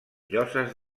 lloses